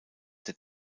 der